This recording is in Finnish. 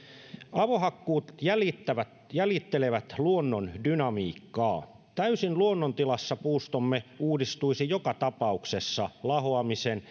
avohakkuut jäljittelevät jäljittelevät luonnon dynamiikkaa täysin luonnontilassa puustomme uudistuisi joka tapauksessa lahoamisen